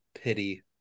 pity